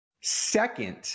second